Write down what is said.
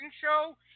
Show